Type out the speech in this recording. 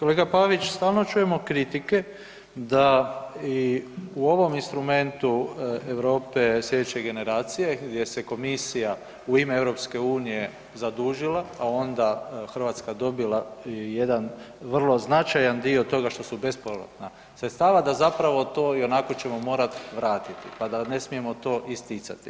Kolega Pavić, stalno čujemo kritike da i u ovom instrumentu Europe sljedeće generacije gdje se Komisija u ime Europske unije zadužila, a onda Hrvatska dobila jedan vrlo značajan dio toga što su bespovratna sredstva, da zapravo to i onako ćemo morati vratiti, pa da ne smijemo to isticati.